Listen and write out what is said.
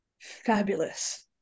fabulous